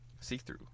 see-through